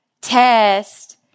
test